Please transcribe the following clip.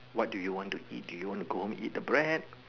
what do you want to eat do you want to go home eat the bread